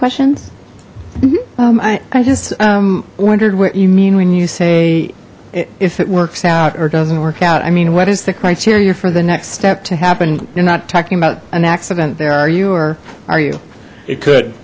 questions i just wondered what you mean when you say if it works out or doesn't work out i mean what is the criteria for the next step to happen you're not talking about an accident there are you or are you it could